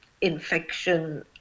infection